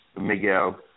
Miguel